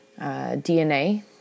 DNA